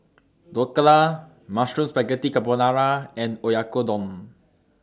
Dhokla Mushroom Spaghetti Carbonara and Oyakodon